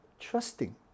Trusting